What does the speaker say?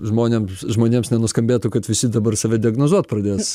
žmonėm žmonėms nenuskambėtų kad visi dabar save diagnozuot pradės